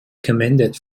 commended